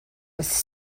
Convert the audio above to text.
was